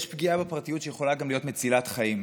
יש פגיעה בפרטיות שיכולה להיות גם מצילת חיים,